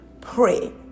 pray